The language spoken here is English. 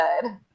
good